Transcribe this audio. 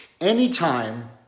anytime